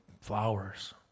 flowers